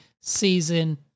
season